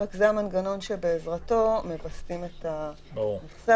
רק זה המנגנון שבעזרתו מווסתים את המכסה.